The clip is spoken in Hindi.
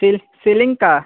सील सीलिंग का